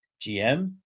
GM